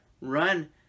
run